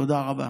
תודה רבה.